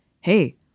hey